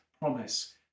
promise